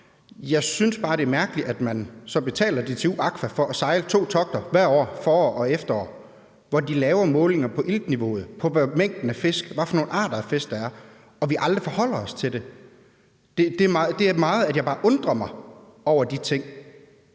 Jeg synes bare, det er mærkeligt, at man så betaler DTU Aqua for at sejle to togter hvert år, forår og efterår, hvor de laver målinger på iltniveauet, på mængden af fisk, og på, hvad for nogle fiskearter der er, og at vi aldrig forholder os til det. Det er, fordi jeg undrer mig over de ting,